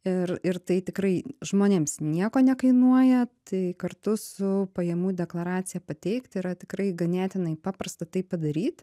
ir ir tai tikrai žmonėms nieko nekainuoja tai kartu su pajamų deklaracija pateikt yra tikrai ganėtinai paprasta tai padaryt